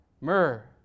Myrrh